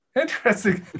interesting